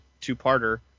two-parter